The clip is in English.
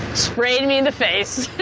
spraying me in the face.